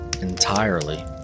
Entirely